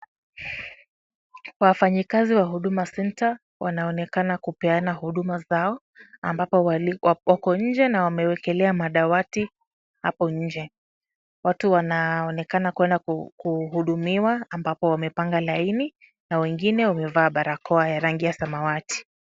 Wafanyakazi wahuduma centre wanaonekana kupeana huduma zao ambapo wako nje na wameekelea madawati hapo nje. Watu wanaonekana kwenda kuhudumiwa na wamepanga laini na wengine wamevaa barakoa ya rangi ya samawati.